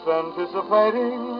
anticipating